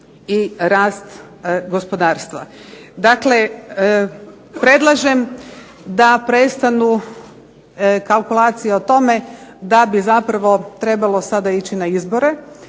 i rast gospodarstva. Dakle, predlažem da prestanu kalkulacije o tome da bi zapravo trebalo sada ići na izbore,